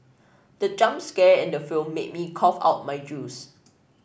the jump scare in the film made me cough out my juice